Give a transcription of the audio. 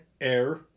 Air